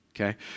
Okay